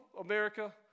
America